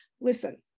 listen